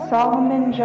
Solomon